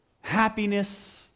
happiness